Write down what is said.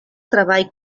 treball